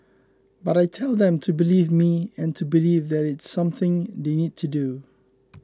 but I tell them to believe me and to believe that it's something they need to do